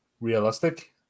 realistic